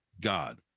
God